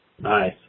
Nice